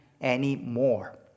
anymore